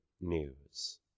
news